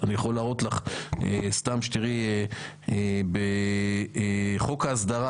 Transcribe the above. אם כבר באנו מירוחם, רוצים להצביע, חמים על ההדק.